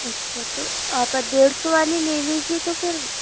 اچھا تو آپ ڈیڑھ سو والی لے لیجیے تو پھر